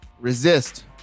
resist